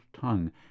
tongue